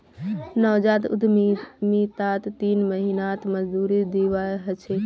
नवजात उद्यमितात तीन महीनात मजदूरी दीवा ह छे